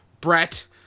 Brett